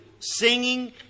Singing